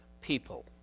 people